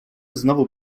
znowu